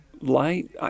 light